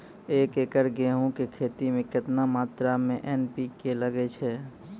एक एकरऽ गेहूँ के खेती मे केतना मात्रा मे एन.पी.के लगे छै?